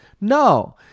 no